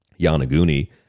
Yanaguni